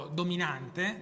dominante